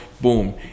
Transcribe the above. boom